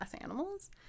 animals